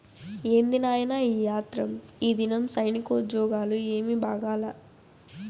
ఏంది నాయినా ఈ ఆత్రం, ఈదినం సైనికోజ్జోగాలు ఏమీ బాగాలా